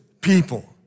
people